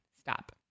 Stop